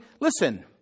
listen